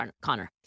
Connor